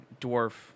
dwarf